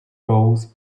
roles